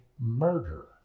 murder